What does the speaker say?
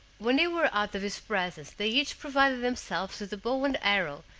when they were out of his presence they each provided themselves with a bow and arrow,